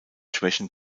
schwächen